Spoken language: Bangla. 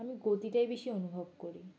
আমি গতিটাই বেশি অনুভব করি